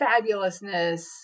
fabulousness